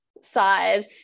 side